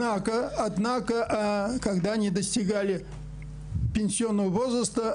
אומר דברים בשפה הרוסית.